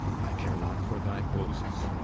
i care not for thy boasts.